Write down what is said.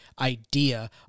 idea